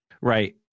Right